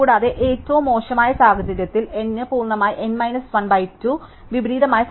കൂടാതെ ഏറ്റവും മോശമായ സാഹചര്യത്തിൽ n പൂർണ്ണമായി n മൈനസ് 1 ബൈ 2 വിപരീതമായി സജ്ജമാക്കാൻ കഴിയുമെന്ന് ഞങ്ങൾ കണ്ടു